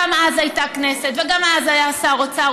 גם אז הייתה כנסת וגם אז היה שר אוצר,